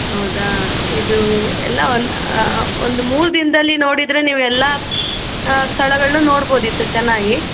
ಹೌದಾ ಇದು ಎಲ್ಲ ಒಂದು ಒಂದು ಮೂರು ದಿನದಲ್ಲಿ ನೋಡಿದರೆ ನೀವು ಎಲ್ಲ ಸ್ಥಳಗಳು ನೋಡ್ಬೌದಿತ್ತು ಚೆನ್ನಾಗಿ